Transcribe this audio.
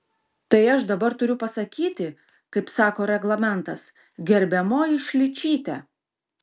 tai aš dabar turiu pasakyti kaip sako reglamentas gerbiamoji šličyte